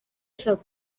ashaka